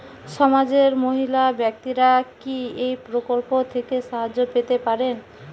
সমাজের মহিলা ব্যাক্তিরা কি এই প্রকল্প থেকে সাহায্য পেতে পারেন?